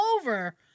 over